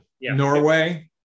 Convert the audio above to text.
Norway